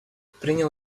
принял